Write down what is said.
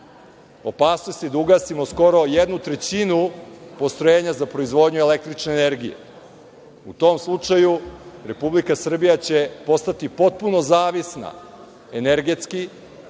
Opasnost je da ugasimo skoro jednu trećinu postrojenja za proizvodnju električne energije. U tom slučaju Republika Srbija će postati potpuno zavisna energetski,